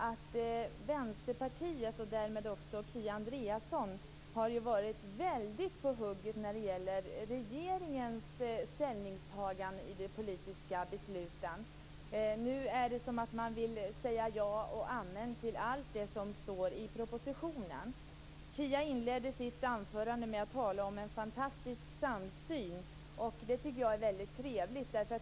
Vänsterpartiet, och även Miljöpartiets Kia Andreasson, har nämligen varit väldigt på hugget när det gällt regeringens ställningstaganden i de politiska besluten. Nu säger man ja och amen till allt som står i propositionen. Kia Andreasson inledde sitt anförande med att tala om en fantastisk samsyn, och det tycker jag är väldigt trevligt.